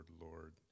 Lord